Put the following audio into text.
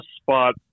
spot